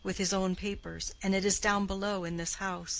with his own papers, and it is down below in this house.